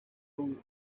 una